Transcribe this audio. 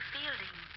Fielding